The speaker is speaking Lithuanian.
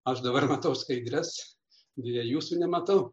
aš dabar matau skaidres deja jūsų nematau